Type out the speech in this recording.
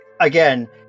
again